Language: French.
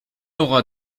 aura